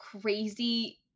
crazy